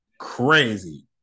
crazy